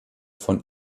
von